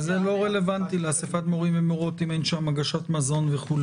אבל זה לא רלוונטי לאסיפת מורים ומורות אם אין שם הגשת מזון וכו',